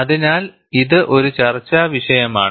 അതിനാൽ ഇത് ഒരു ചർച്ചാവിഷയമാണ്